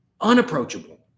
unapproachable